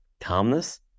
calmness